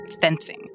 fencing